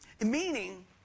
Meaning